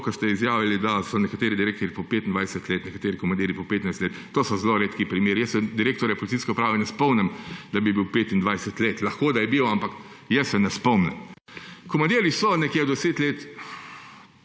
to, kar ste izjavili, da so nekateri direktorji po 25 let, nekateri komandirji po 15 let. To so zelo redki primeri. Jaz se direktorja policijske uprave ne spomnim, da bi bil 25 let. Lahko da je bil, ampak jaz se ne spomnim. Komandirji so nekje 10 let,